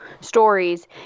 stories